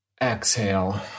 Exhale